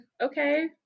okay